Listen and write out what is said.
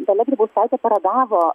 dalia grybauskaitė paragavo